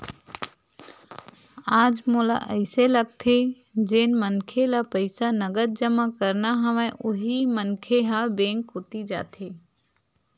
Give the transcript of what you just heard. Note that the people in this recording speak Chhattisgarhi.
आज मोला अइसे लगथे जेन मनखे ल पईसा नगद जमा करना हवय उही मनखे ह बेंक कोती जाथे